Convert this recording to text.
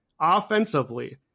Offensively